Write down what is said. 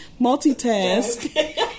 multitask